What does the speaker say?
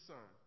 Son